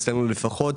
לפחות,